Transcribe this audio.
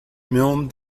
milne